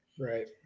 right